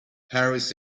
harris